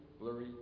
blurry